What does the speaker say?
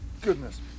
goodness